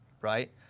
right